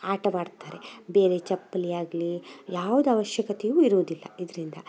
ಆಟವಾಡುತ್ತಾರೆ ಬೇರೆ ಚಪ್ಪಲಿ ಆಗಲಿ ಯಾವ್ದು ಅವಶ್ಯಕತೆಯೂ ಇರುವುದಿಲ್ಲ ಇದರಿಂದ